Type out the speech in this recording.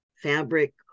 Fabric